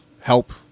help